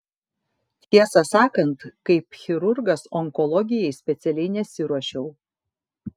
tiesą sakant kaip chirurgas onkologijai specialiai nesiruošiau